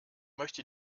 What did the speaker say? möchte